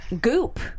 Goop